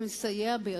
אנחנו נסייע בידך.